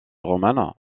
roumaine